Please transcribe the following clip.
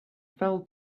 fell